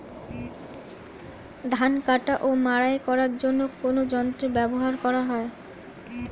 ধান কাটা ও মাড়াই করার জন্য কোন যন্ত্র ব্যবহার করা হয়?